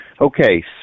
Okay